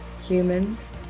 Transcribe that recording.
humans